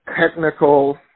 technical